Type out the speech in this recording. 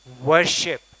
worship